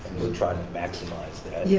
we'll try to maximize that. yeah